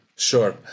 Sure